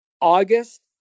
August